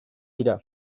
dira